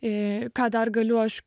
į ką dar galiu aš